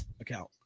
account